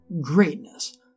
greatness